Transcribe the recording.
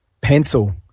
pencil